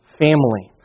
family